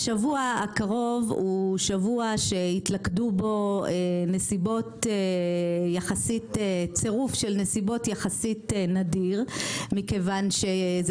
השבוע הקרוב הוא שבוע שהתלכדו צירוף של נסיבות יחסית נדיר מכיוון שזה